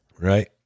Right